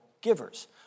givers